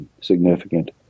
significant